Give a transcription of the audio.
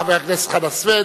חבר הכנסת חנא סוייד,